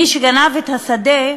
מי שגנב את השדה,